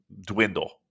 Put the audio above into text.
dwindle